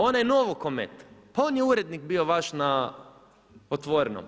Onaj Novokmet, pa on je urednik bio vaš na Otvorenom.